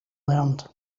learned